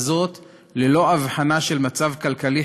וזאת ללא הבחנה לפי מצב כלכלי,